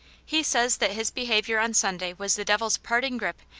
he says that his behaviour on sunday was the devil's parting grip,